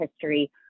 history